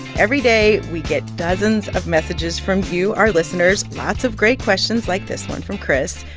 every day, we get dozens of messages from you, our listeners lots of great questions, like this one from chris.